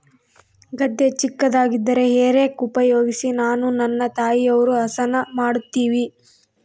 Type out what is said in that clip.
ಗದ್ದೆ ಚಿಕ್ಕದಾಗಿದ್ದರೆ hay rake ಉಪಯೋಗಿಸಿ ನಾನು ನನ್ನ ತಾಯಿಯವರು ಹಸನ ಮಾಡುತ್ತಿವಿ